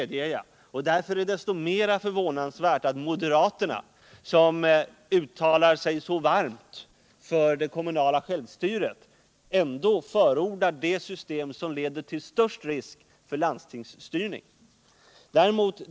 Därför är det desto mera förvånande att moderaterna, som talar så varmt för den kommunala självstyrelsen, ändå förordar det system som leder till den största risken för landstingsstyrning.